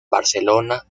barcelona